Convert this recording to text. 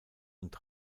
und